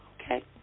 okay